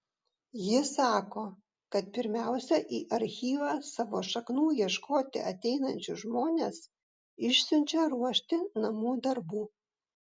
ji sako kad pirmiausia į archyvą savo šaknų ieškoti ateinančius žmones išsiunčia ruošti namų darbų